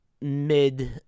mid